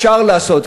אפשר לעשות,